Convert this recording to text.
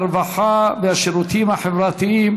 הרווחה והשירותים החברתיים